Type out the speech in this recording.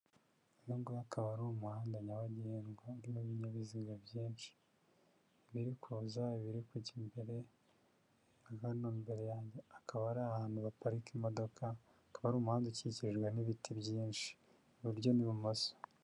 Nubwo akaba ari umuhanda nyabagendwa n'ibinyabiziga byinshi biri kuzaza biri kujya imbere yagana mbere yanjye akaba ari ahantu haparika imodokatwara umuhanda ukikijwe n'ibiti byinshi iburyo n'ibumoso.